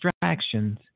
distractions